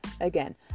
Again